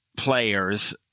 players